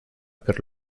per